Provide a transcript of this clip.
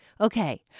Okay